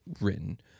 written